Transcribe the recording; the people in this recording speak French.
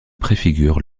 préfigure